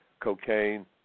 cocaine